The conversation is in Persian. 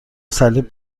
صلیب